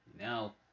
Now